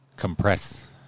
compress